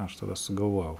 aš tada sugalvojau